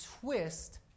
twist